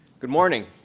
good morning.